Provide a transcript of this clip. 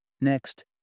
Next